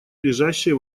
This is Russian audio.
лежащие